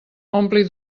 ompli